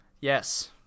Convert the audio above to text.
Yes